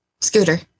Scooter